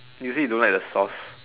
you say you don't like the sauce